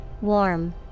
Warm